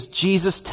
Jesus